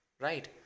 right